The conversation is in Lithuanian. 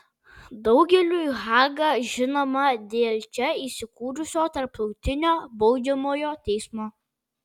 daugeliui haga žinoma dėl čia įsikūrusio tarptautinio baudžiamojo teismo